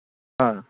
ꯑꯥ